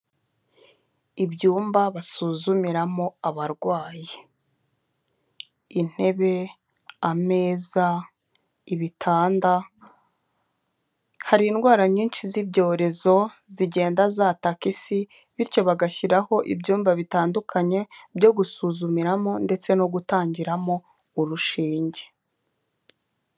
Ibyumba basuzumiramo abarwayi, intebe, ameza, ibitanda, hari indwara nyinshi z'ibyorezo zigenda zataka isi, bityo bagashyiraho ibyumba bitandukanye byo gusuzumiramo ndetse no gutangiramo urushinge.